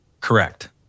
Correct